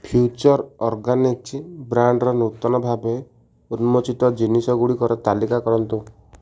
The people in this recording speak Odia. ଫ୍ୟୁଚର୍ ଅର୍ଗାନିକ୍ସ ବ୍ରାଣ୍ଡର ନୂତନ ଭାବେ ଉନ୍ମୋଚିତ ଜିନିଷ ଗୁଡ଼ିକର ତାଲିକା କରନ୍ତୁ